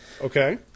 Okay